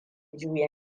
juya